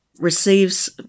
Receives